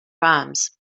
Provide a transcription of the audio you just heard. rams